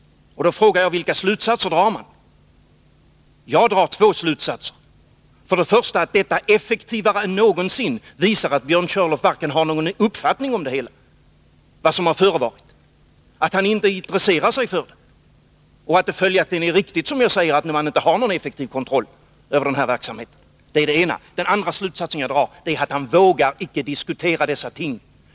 Då frågar jag: Vilka slutsatser drar man? Jag drar två slutsatser. Den första är att detta effektivare än någonsin visar att Björn Körlof varken har någon uppfattning om vad som har förevarit eller något intresse för det och att det följaktligen är riktigt som jag säger, att man inte har någon effektiv kontroll över den här verksamheten. Den andra slutsats som jag drar är att han icke vågar diskutera dessa ting.